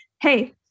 Hey